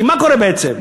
כי מה קורה בעצם?